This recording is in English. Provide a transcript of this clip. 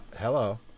Hello